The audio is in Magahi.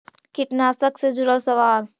कीटनाशक से जुड़ल सवाल?